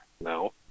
No